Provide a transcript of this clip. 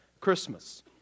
Christmas